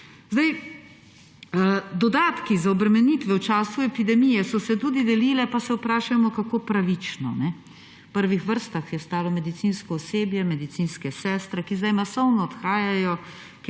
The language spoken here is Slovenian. vrste. Dodatki za obremenitve v času epidemije so se tudi delili, pa se vprašajmo, kako pravično. V prvih vrstah je stalo medicinsko osebje, medicinske sestre, ki sedaj masovno odhajajo,